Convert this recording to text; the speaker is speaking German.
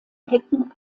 hecken